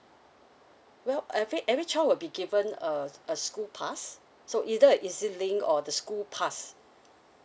well I think every child would be given a a school pass so either a E_Z link or the school pass